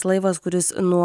laivas kuris nuo